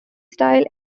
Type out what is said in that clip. style